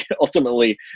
ultimately